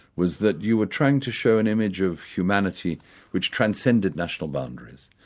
was that you were trying to show an image of humanity which transcended national boundaries.